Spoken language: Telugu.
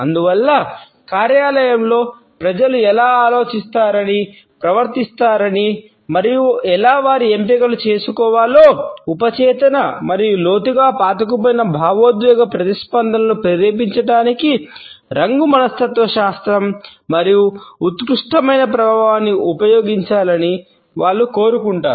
అందువల్ల కార్యాలయంలో ప్రజలు ఎలా ఆలోచిస్తారని ప్రవర్తిస్తారని మరియు ఎలా వారి ఎంపికలు చేసుకోవాలో ఉపచేతన మరియు లోతుగా పాతుకుపోయిన భావోద్వేగ ప్రతిస్పందనలను ప్రేరేపించడానికి రంగు మనస్తత్వశాస్త్రం యొక్క ఉత్కృష్టమైన ప్రభావాన్ని ఉపయోగించాలని వారు కోరుకుంటారు